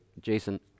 Jason